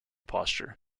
posture